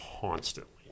constantly